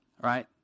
right